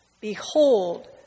Behold